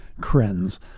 krenz